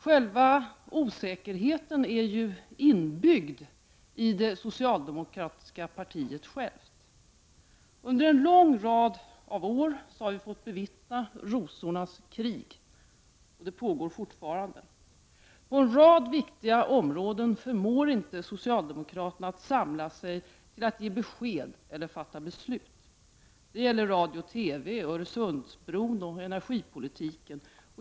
Själva osäkerheten är ju inbyggd i det socialdemokratiska partiet självt. Under en lång rad år har vi fått bevittna rosornas krig, och det pågår fortfarande. På en rad viktiga områden förmår inte socialdemokraterna att samla sig till att ge besked eller fatta beslut. Det gäller Radio och TV, Öresundsbron och energipolitiken.